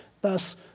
thus